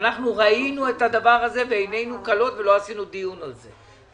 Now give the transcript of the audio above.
שראינו את הדבר ועינינו כלות ולא ערכנו על זה דיון.